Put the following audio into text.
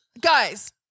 Guys